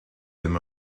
them